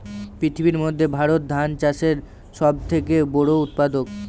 পৃথিবীর মধ্যে ভারত ধান চাষের সব থেকে বড়ো উৎপাদক